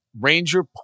Ranger